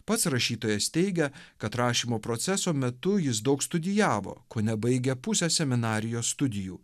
pats rašytojas teigia kad rašymo proceso metu jis daug studijavo kone baigė pusę seminarijos studijų